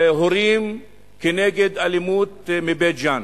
הורים נגד אלימות מבית-ג'ן.